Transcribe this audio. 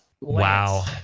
Wow